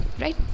right